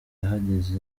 ahageze